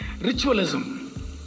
ritualism